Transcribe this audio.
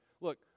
Look